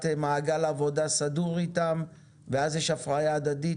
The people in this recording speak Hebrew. מעגל עבודה סדור אתם ואז יש הפריה הדדית,